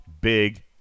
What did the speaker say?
big